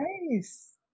Nice